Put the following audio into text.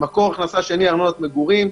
שני ארנונה של מגורים,